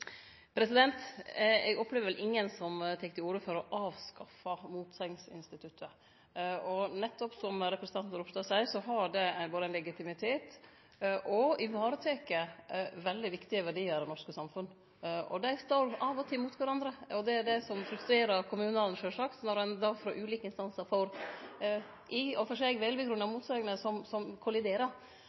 Eg opplever ikkje at nokon tek til orde for å avskaffe motsegnsinstituttet. Som representanten Ropstad seier, har det legitimitet og tek vare på veldig viktige verdiar i det norske samfunnet. Dei står av og til mot kvarandre, og det er det som sjølvsagt frustrerer kommunane, når ein frå ulike instansar får i og for seg velgrunna motsegner som kolliderer. Difor er det viktig – som